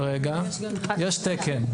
רגע, יש תקן.